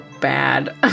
bad